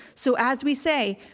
so as we say,